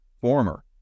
former